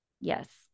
yes